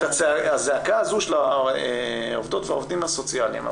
את הזעקה הזו של העובדות והעובדים הסוציאליים אנחנו